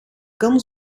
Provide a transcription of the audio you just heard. kan